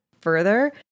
further